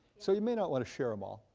so you may not want to share em all.